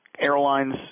airlines